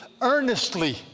earnestly